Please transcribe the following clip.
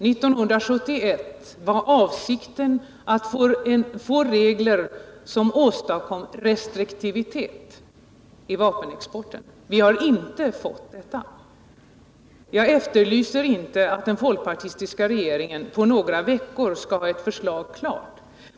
1971 var avsikten att skapa regler som skulle åstadkomma restriktivitet i vapenexporten. Vi har uppenbart inte lyckats skapa några sådana bra regler. Jag kräver inte att den folkpartistiska regeringen på några veckor skall ha ett förslag klart.